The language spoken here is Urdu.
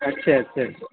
اچھا اچھا اچھا